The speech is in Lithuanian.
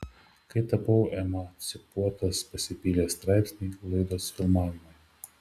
kai tapau emancipuotas pasipylė straipsniai laidos filmavimai